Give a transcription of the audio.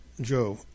Joe